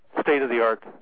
state-of-the-art